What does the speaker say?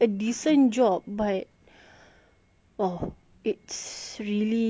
!wah! it's really you have to work extra hard for this uh